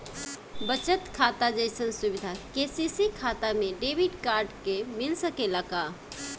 बचत खाता जइसन सुविधा के.सी.सी खाता में डेबिट कार्ड के मिल सकेला का?